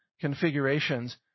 configurations